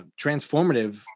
transformative